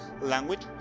language